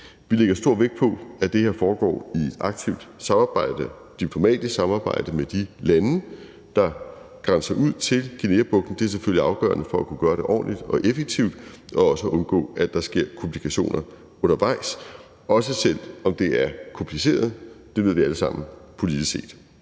Vi lægger stor vægt på, at det her foregår i et aktivt diplomatisk samarbejde med de lande, der grænser ud til Guineabugten. Det er selvfølgelig afgørende for at kunne gøre det ordentligt og effektivt og også for at undgå, at der sker komplikationer undervejs, også selv om det er kompliceret – det ved vi alle sammen – politisk set.